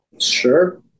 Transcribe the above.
Sure